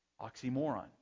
oxymoron